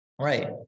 Right